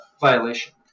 violation